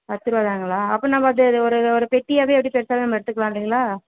பத்து ரூபாதான்ங்களா அப்போ நம்ம ஒரு ஒரு பெட்டியாகவே அப்படியே பெருசாகவே நம்ம எடுத்துக்கலாம் இல்லைங்களா